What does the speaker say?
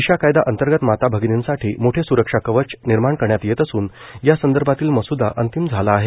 दिशा कायदा अंतर्गत माता भगिनींसाठी मोठे सुरक्षा कवच निर्माण करण्यात येत असून यासंदर्भातील मसूदा अंतिम झाला आहे